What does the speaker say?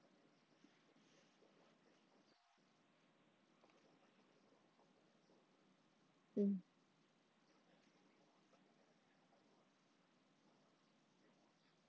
mm